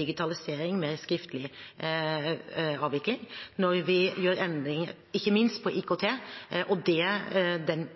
digitalisering og mer skriftlig avvikling, når vi gjør endringer ikke minst når det gjelder IKT – den